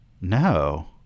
No